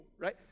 right